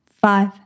five